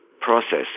process